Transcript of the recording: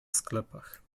sklepach